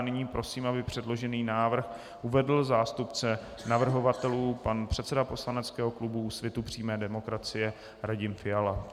Nyní prosím, aby předložený návrh uvedl zástupce navrhovatelů, pan předseda poslaneckého klubu Úsvit přímé demokracie Radim Fiala.